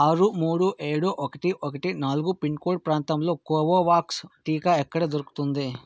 ఆరు మూడు ఏడు ఒకటి ఒకటి నాలుగు పిన్కోడ్ ప్రాంతంలో కోవోవాక్స్ టీకా ఎక్కడ దొరుకుతుంది